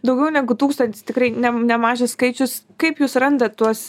daugiau negu tūkstantis tikrai nem nemažas skaičius kaip jūs randat tuos